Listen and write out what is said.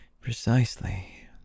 Precisely